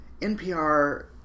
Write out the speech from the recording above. NPR